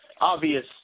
obvious